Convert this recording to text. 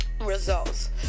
results